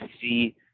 see –